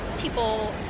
people